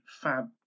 fab